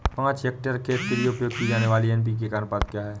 पाँच हेक्टेयर खेत के लिए उपयोग की जाने वाली एन.पी.के का अनुपात क्या होता है?